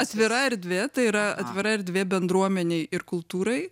atvira erdvė tai yra atvira erdvė bendruomenei ir kultūrai